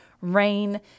rain